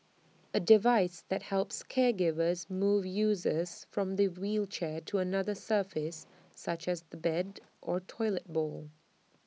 A device that helps caregivers move users from the wheelchair to another surface such as the bed or toilet bowl